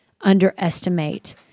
underestimate